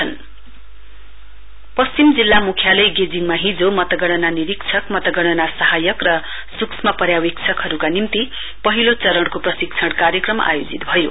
trend for vote counting पश्चिम जिल्ला मुख्यालय गेजिङमा हिजो मतगणना निरीक्षक मतगणना सहायक र सूक्ष्म पर्यावेक्षकहरूका निम्ति पहिलो चरणको प्रशिक्षण कार्यक्रम आयोजित भयो